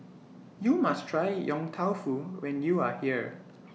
YOU must Try Yong Tau Foo when YOU Are here